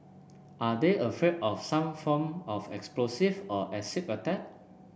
are they afraid of some form of explosive or acid attack